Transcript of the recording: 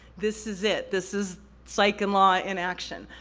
this is it, this is psych and law in action.